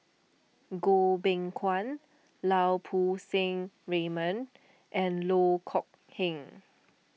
Goh Beng Kwan Lau Poo Seng Raymond and Loh Kok Heng